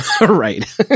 Right